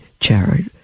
charity